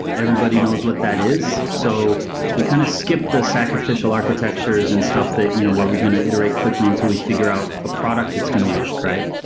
everybody knows what that is. so we kind of skipped the sacrificial architectures and stuff that you know where's we're going to iterate quickly until we figure out ah product that's going to work, right?